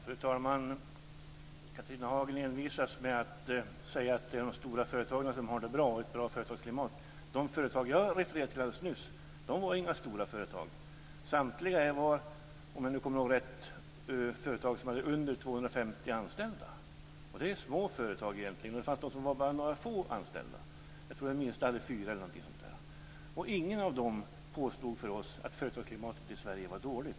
Fru talman! Catharina Hagen envisas med att säga att de stora företagen har ett bra företagsklimat. De företag jag refererade till alldeles nyss var inga stora företag. Samtliga var, om jag kommer ihåg rätt, företag med under 250 anställda. Det är små företag. Det fanns de med bara få anställda. Jag tror att det minsta företaget hade fyra anställda. Inget av dem påstod att företagsklimatet i Sverige var dåligt.